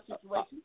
situation